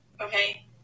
Okay